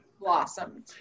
Blossomed